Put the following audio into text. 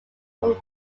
from